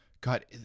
God